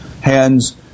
hands